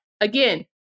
again